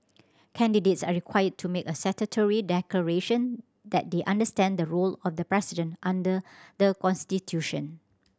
candidates are required to make a statutory declaration that they understand the role of the president under the constitution